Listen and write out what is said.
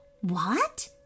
What